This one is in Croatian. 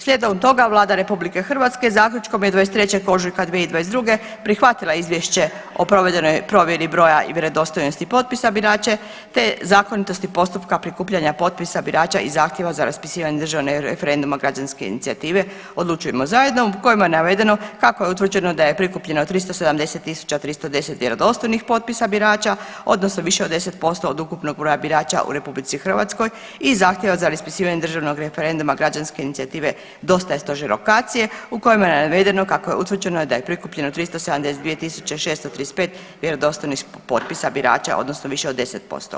Slijedom toga Vlada RH zaključkom je 23. ožujka 2022. prihvatila izvješće o provedenoj provjeri broja i vjerodostojnosti potpisa birača, te zakonitosti postupka prikupljanja potpisa birača i zahtjeva za raspisivanje državnog referenduma građanske inicijative „Odlučujmo zajedno“ u kojima je navedeno kako je utvrđeno da je prikupljeno 370.310 vjerodostojnih potpisa birača odnosno više od 10% od ukupnog broja birača u RH i zahtjeva za raspisivanje državnog referenduma građanske inicijative „Dosta je Stožerokracije“ u kojima je navedeno kako je utvrđeno da je prikupljeno 372.635 vjerodostojnih potpisa birača odnosno više od 10%